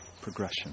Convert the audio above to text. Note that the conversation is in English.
progression